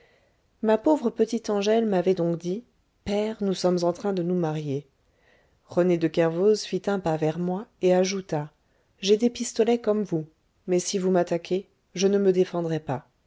ma pauvre petite angèle m'avait donc dit père nous sommes en train de nous marier rené de kervoz fit un pas vers moi et ajouta j'ai des pistolets comme vous mais si vous m'attaquez je ne me défendrai pas